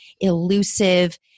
elusive